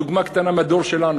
דוגמה קטנה מהדור שלנו.